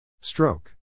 Stroke